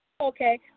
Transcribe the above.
Okay